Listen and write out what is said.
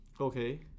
Okay